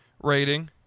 rating